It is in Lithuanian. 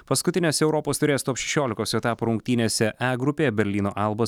paskutines europos taurės top šešiolikos etapo rungtynėse e grupėje berlyno albos